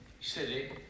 city